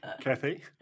Kathy